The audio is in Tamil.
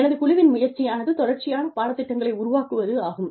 எனது குழுவின் முயற்சியானது தொடர்ச்சியான பாடத் திட்டங்களை உருவாக்குவதாகும்